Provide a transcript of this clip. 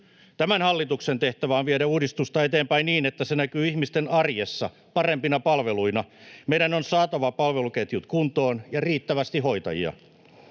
Tämän hallituksen tehtävänä on viedä uudistusta eteenpäin niin, että se näkyy ihmisten arjessa parempina palveluina. Meidän on saatava palveluketjut kuntoon ja riittävästi hoitajia.